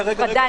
רגע, רגע.